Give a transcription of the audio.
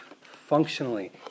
Functionally